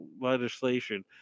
legislation